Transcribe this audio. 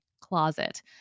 closet